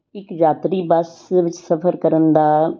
ਇੱਕ ਯਾਤਰੀ ਬਸ ਵਿੱਚ ਸਫ਼ਰ ਕਰਨ ਦਾ